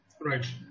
Right